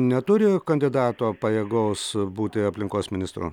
neturi kandidato pajėgaus būti aplinkos ministru